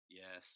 yes